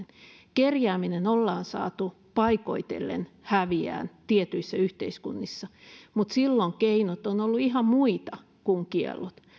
kerjääminen ollaan saatu paikoitellen häviämään tietyissä yhteiskunnissa mutta silloin keinot ovat olleet ihan muita kuin kiellot